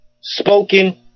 spoken